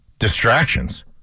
Distractions